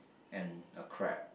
and a crab